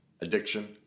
addiction